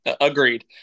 agreed